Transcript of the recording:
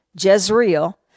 Jezreel